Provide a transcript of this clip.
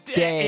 day